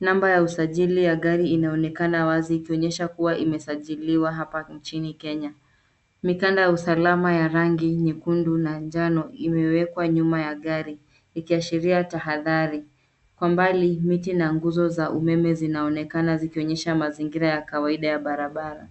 namba ya usijali inaonekana wazi kuwa imesajiliwa hapa Kenya, mikanda ya usalama enye rangi nyekundu na njano limewekwa nyuma ya gari ikiashiria tahadhari, kwa mbali miti na nguzo umeme zinaonekana ikionyesha mazingira ya kawaida ya barabara